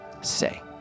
say